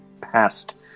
past